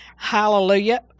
Hallelujah